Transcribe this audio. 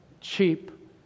cheap